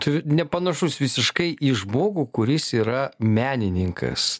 tu nepanašus visiškai į žmogų kuris yra menininkas